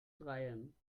dreien